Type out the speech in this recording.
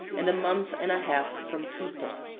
and a month and a half from quito.